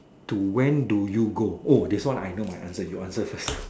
to when do you go oh this one I know my answer you answer first